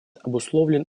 обусловлен